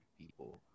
people